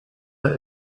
der